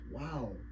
wow